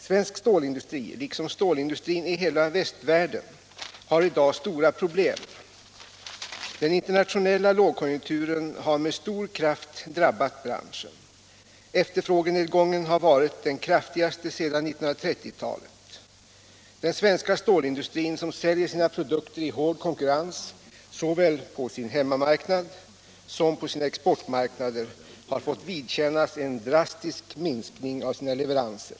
Svensk stålindustri — liksom stålindustrin i hela västvärlden — har i dag stora problem. Den internationella lågkonjunkturen har med stor kraft drabbat branschen. Efterfrågenedgången har varit den kraftigaste sedan 1930-talet. Den svenska stålindustrin, som säljer sina produkter i hård konkurrens såväl på sin hemmamarknad som på sina exportmark nader, har fått vidkännas en drastisk minskning av sina leveranser.